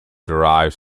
derives